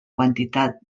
quantitat